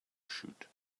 shoot